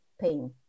pain